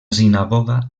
sinagoga